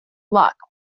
luck